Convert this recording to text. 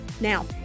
Now